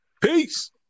Peace